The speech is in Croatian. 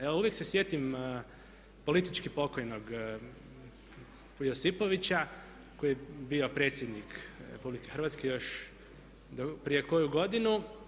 Evo uvijek se sjetim politički pokojnog Josipovića koji je bio predsjednik RH još do prije koju godinu.